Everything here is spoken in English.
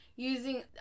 using